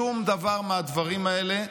שום דבר מהדברים האלה.